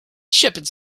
shepherds